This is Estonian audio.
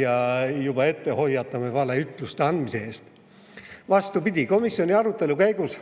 ja juba ette hoiatame valeütluste andmise eest. Vastupidi, komisjoni arutelu käigus